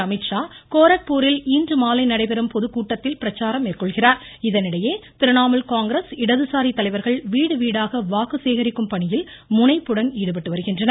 அமீத்ஷா கோரக்பூரில் நடைபெறும் பொதுக்கூட்டத்தில் இன்றுமாலை பிரச்சாரம்மேற்கொள்கிறார் இதனிடையே திரிணாமுல் காங்கிரஸ் இடது சாரி தலைவர்கள் வீடு வீடாக வாக்கு சேகரிக்கும் பணியில் முனைப்புடன் ஈடுபட்டு வருகின்றனர்